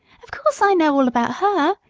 of course, i know all about her.